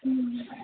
ഉം